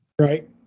Right